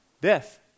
Death